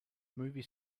movie